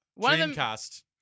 Dreamcast